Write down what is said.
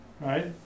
Right